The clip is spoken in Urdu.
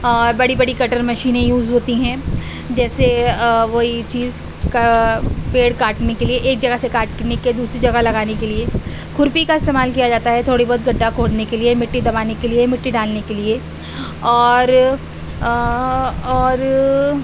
بڑی بڑی کٹر مشینیں یوز ہوتی ہیں جیسے وہی چیز کا پیڑ کاٹنے کے لیے ایک جگہ سے کاٹنے کے لیے دوسری جگہ لگانے کے لیے کھرپی کا استعمال کیا جاتا ہے تھوڑی بہت گڈھا کھودنے کے لیے مٹی دبانے کے لیے مٹی ڈالنے کے لیے اور اور